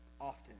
often